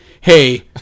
hey